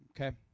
okay